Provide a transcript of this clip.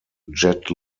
jet